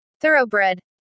Thoroughbred